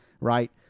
right